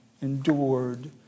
endured